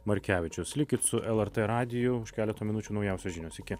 markevičius likit su lrt radiju už keleto minučių naujausios žinios iki